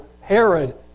Herod